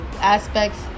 Aspects